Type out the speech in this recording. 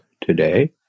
today